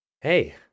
Hey